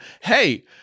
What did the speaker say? hey